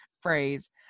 phrase